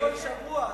כל שבוע.